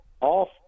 off